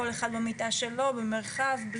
כל אחד במיטה שלו במרחב.